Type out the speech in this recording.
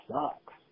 sucks